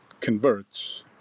converts